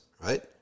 right